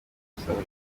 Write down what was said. gusaba